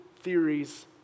theories